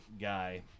guy